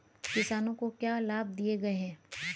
किसानों को क्या लाभ दिए गए हैं?